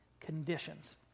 conditions